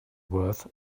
worth